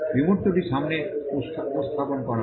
বিমূর্তটি সামনে উপস্থাপন করা হয়